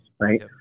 right